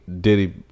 Diddy